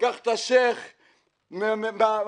לקח את השיח' בחדר,